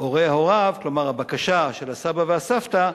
הורי הוריו, כלומר בקשה של הסבא והסבתא,